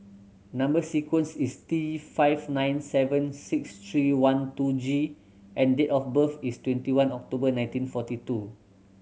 number sequence is T five nine seven six three one two G and date of birth is twenty one October nineteen forty two